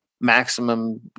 maximum